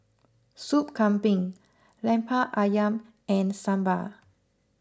Soup Kambing Lemper Ayam and Sambal